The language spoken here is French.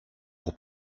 pour